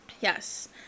yes